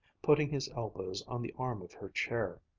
putting his elbows on the arm of her chair.